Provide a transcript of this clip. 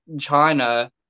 China